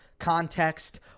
context